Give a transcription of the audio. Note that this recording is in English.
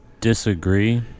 disagree